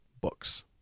books